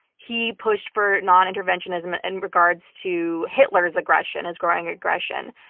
he pushed for non-interventionism in and regards to hitler's aggression, his growing aggression.